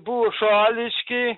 buvo šališki